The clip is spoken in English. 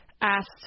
asked